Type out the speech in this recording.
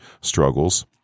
struggles